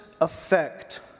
effect